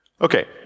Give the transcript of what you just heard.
Okay